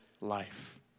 life